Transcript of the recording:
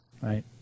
right